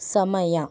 ಸಮಯ